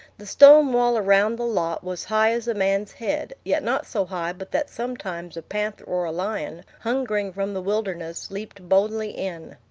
the stone wall around the lot was high as a man's head, yet not so high but that sometimes a panther or a lion, hungering from the wilderness, leaped boldly in.